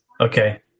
Okay